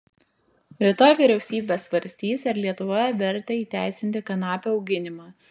rytoj vyriausybė svarstys ar lietuvoje verta įteisinti kanapių auginimą